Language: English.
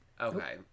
Okay